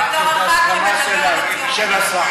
והעוני כנראה לא מעניין אותך,